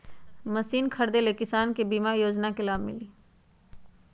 Machine खरीदे ले किसान के बीमा योजना के लाभ मिली?